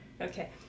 okay